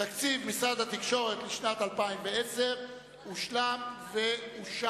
תקציב משרד התקשורת לשנת 2010 הושלם ואושר.